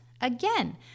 again